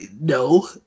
no